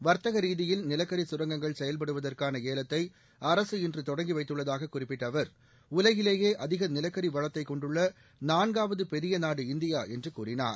வர்த்தக ரீதியில் நிலக்கரி கரங்கங்கள் செயல்படுவதற்கான ஏலத்தை அரசு இன்று தொடங்கி வைத்துள்ளதாக குறிப்பிட்ட அவர் உலகிலேயே அதிக நிலக்கரி வளத்தைக் கொண்டுள்ள நான்காவது பெரிய நாடு இந்தியா என்று கூறினார்